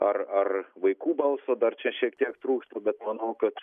ar ar vaikų balso dar čia šiek tiek trūksta bet manau kad